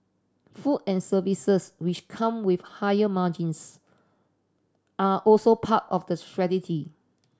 food and services which come with higher margins are also part of the strategy